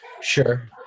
Sure